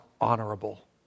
honorable